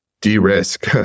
de-risk